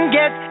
get